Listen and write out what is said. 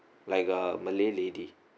like a malay lady